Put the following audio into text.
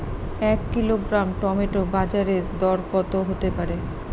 এক kilogram tomato বাজের দরকত হতে পারে?